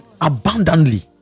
abundantly